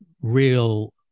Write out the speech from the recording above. real